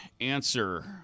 answer